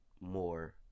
more